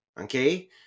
okay